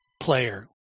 player